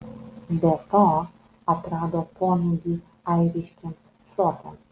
be to atrado pomėgį airiškiems šokiams